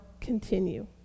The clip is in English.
continue